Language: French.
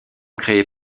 créée